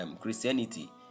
Christianity